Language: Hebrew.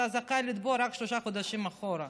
אתה זכאי לתבוע רק שלושה חודשים אחורה.